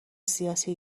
سیاسی